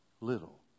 Little